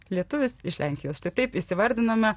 lietuvis iš lenkijos štai taip įsivardinome